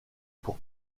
pour